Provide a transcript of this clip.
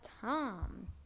Tom